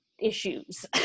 issues